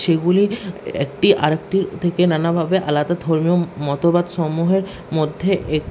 সেগুলি একটি আরেকটির থেকে নানাভাবে আলাদা ধর্মীয় মতবাদ সমূহের মধ্যে এক